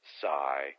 Sigh